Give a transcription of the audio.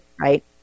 Right